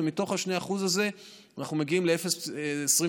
ומתוך 2% האלה אנחנו מגיעים ל-0.25%,